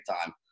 time